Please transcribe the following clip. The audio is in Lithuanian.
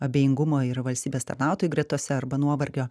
abejingumo ir valstybės tarnautojų gretose arba nuovargio